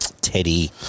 Teddy –